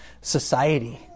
society